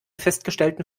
festgestellten